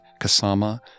Kasama